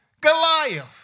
Goliath